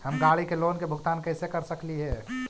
हम गाड़ी के लोन के भुगतान कैसे कर सकली हे?